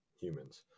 humans